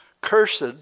Cursed